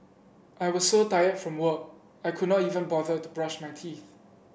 I was so tired from work I could not even bother to brush my teeth